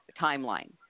timeline